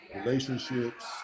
Relationships